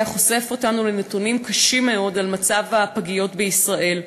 חושף אותנו לנתונים קשים מאוד על מצב הפגיות בישראל.